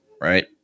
right